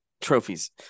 trophies